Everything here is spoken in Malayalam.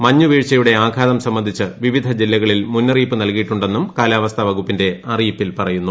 മഞ്ഞുവീഴ്ചയുടെ ആഘാതം സംബന്ധിച്ച് വിവിധ ജില്ലകളിൽ മുന്നറിയിപ്പ് നൽകിയിട്ടുണ്ടെന്നും കാലാവസ്ഥാ വകുപ്പിന്റെ അറിയിപ്പിൽ പറയുന്നു